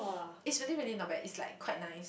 it's really really not bad is like quite nice